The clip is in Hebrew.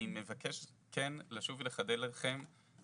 אני מבקש כן לשוב ולחדד לכם,